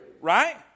Right